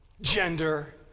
gender